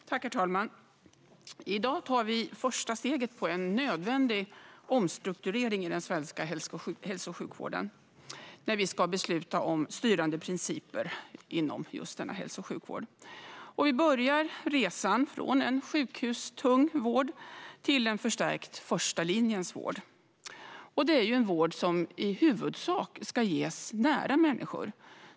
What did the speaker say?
Styrande principer inom hälso och sjukvården och en förstärkt vårdgaranti Herr talman! I dag tar vi första steget på en nödvändig omstrukturering i den svenska hälso och sjukvården när vi ska besluta om styrande principer inom just denna hälso och sjukvård. Vi börjar resan från en sjukhustung vård till en förstärkt första linjens vård. Det är en vård som i huvudsak ska ges nära människor.